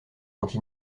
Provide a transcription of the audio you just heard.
anti